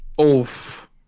Oof